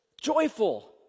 joyful